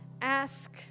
ask